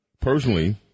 personally